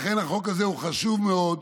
לכן, החוק הזה הוא חשוב מאוד.